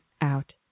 out